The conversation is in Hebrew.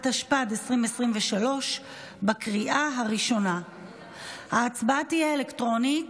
התשפ"ד 2023. ההצבעה תהיה אלקטרונית.